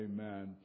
Amen